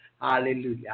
Hallelujah